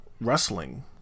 wrestling